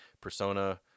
Persona